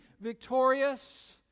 victorious